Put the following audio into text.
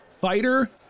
Fighter